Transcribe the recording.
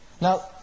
Now